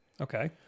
Okay